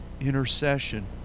intercession